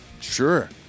sure